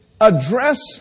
address